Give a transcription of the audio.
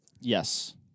Yes